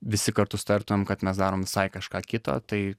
visi kartu sutartumėm kad mes darom visai kažką kito tai